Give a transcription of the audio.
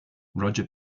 roger